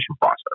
process